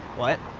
what?